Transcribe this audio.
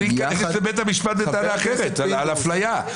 אני אגיד לבית המשפט בטענה אחרת על אפליה.